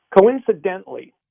Coincidentally